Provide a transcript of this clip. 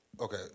Okay